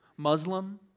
Muslim